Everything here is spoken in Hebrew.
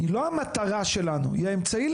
היא לא המטרה שלנו היא האמצעי.